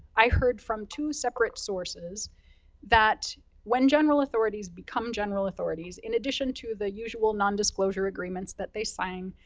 i heard from two separate sources that when general authorities become general authorities, in addition to the usual non-disclosure agreements that they sign,